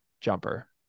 jumper